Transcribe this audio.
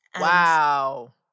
Wow